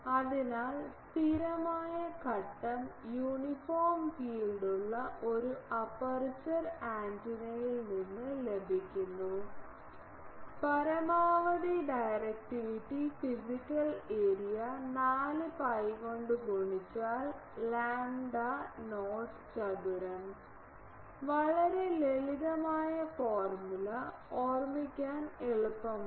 അതിനാൽ സ്ഥിരമായ ഘട്ടം യൂണിഫോം ഫീൽഡുള്ള ഒരു അപ്പർച്ചർ ആന്റിനയിൽ നിന്ന് ലഭിക്കുന്ന പരമാവധി ഡയറക്റ്റിവിറ്റിഫിസിക്കൽ ഏരിയ 4 പൈ കൊണ്ട് ഗുണിച്ചാൽ ലാംഡ 0 ചതുരo വളരെ ലളിതമായ ഫോർമുല ഓർമ്മിക്കാൻ എളുപ്പമാണ്